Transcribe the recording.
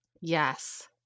Yes